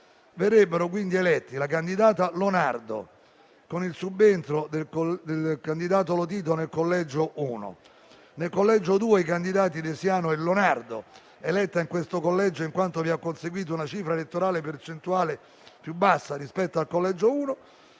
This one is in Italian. Verrebbero quindi eletti la candidata Lonardo, con il subentro del candidato Lotito nel collegio 1, e nel collegio 2 i candidati De Siano e Lonardo, eletta in questo collegio in quanto vi ha conseguito una cifra elettorale percentuale più bassa rispetto al collegio 1.